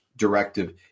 Directive